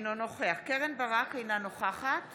אינו נוכח קרן ברק, אינה נוכחת